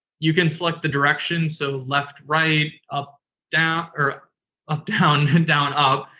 you can select the direction. so, left right, up down, or up down, and down up,